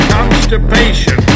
Constipation